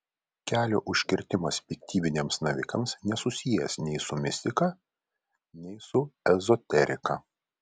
kelio užkirtimas piktybiniams navikams nesusijęs nei su mistika nei su ezoterika